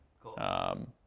Cool